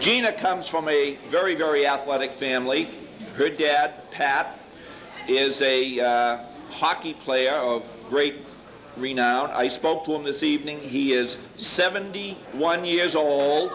gina comes from a very very athletic family good dad pat is a hockey player great i spoke to him this evening he is seventy one years old